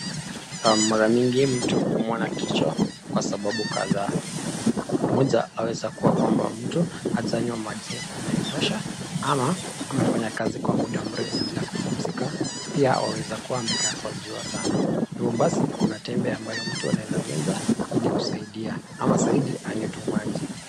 Kwa mara mingi mtu huumwa na kichwa kwa sababu kadhaa moja aweza kuwa kwamba mtu hajanywa maji inayotosha ama amefanya kazi kwa muda mrefu bila kupumzika pia aweza kuwa amekaa kwa jua sana. Hivyo basi kuna tembe ambayo mtu anaweza meza ili kusaidia ama zaidi anywe tu maji.